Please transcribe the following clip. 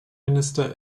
minister